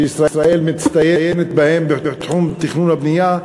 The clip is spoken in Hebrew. שישראל מצטיינת בה בתחום תכנון הבנייה,